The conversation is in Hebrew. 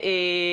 הזמן,